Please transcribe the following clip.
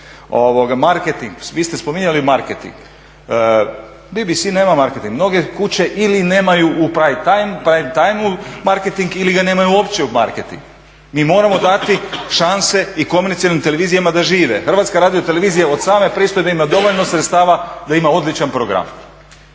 Marketing. Vi ste spominjali marketing. BBC nema marketing, mnoge kuće ili nemaju u prime timeu marketing ili nemaju uopće marketing. Mi moramo dati šanse i komercijalnim televizijama da žive. HRT od same pristojbe ima dovoljno sredstava da ima odličan program.